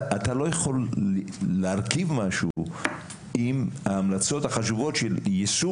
אתה לא יכול להרכיב משהו אם ההמלצות החשובות של יישום